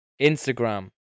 Instagram